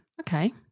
Okay